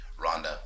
Rhonda